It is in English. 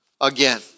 again